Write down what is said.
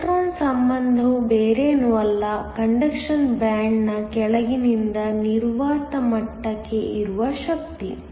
electron ಸಂಬಂಧವು ಬೇರೇನೂ ಅಲ್ಲ ಕಂಡಕ್ಷನ್ ಬ್ಯಾಂಡ್ನ ಕೆಳಗಿನಿಂದ ನಿರ್ವಾತ ಮಟ್ಟಕ್ಕೆ ಇರುವ ಶಕ್ತಿ